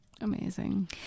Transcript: Amazing